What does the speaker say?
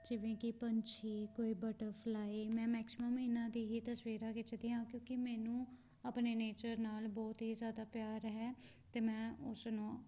ਜਿਵੇਂ ਕਿ ਪੰਛੀ ਕੋਈ ਬਟਰਫਲਾਈ ਮੈਂ ਮੈਕਸੀਮਮ ਇਹਨਾਂ ਦੀ ਹੀ ਤਸਵੀਰਾਂ ਖਿੱਚਦੀ ਹਾਂ ਕਿਉਂਕਿ ਮੈਨੂੰ ਆਪਣੇ ਨੇਚਰ ਨਾਲ ਬਹੁਤ ਹੀ ਜ਼ਿਆਦਾ ਪਿਆਰ ਹੈ ਅਤੇ ਮੈਂ ਉਸ ਨੂੰ